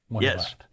Yes